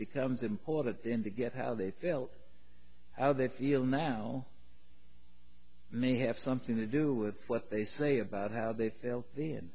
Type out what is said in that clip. becomes important then they get how they felt how they feel now may have something to do with what they say about how they failed th